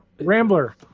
Rambler